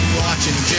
watching